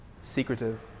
secretive